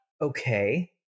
Okay